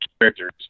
characters